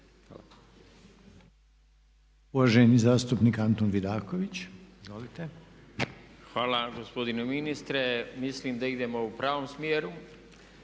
Hvala.